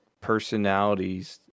personalities